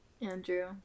Andrew